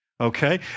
Okay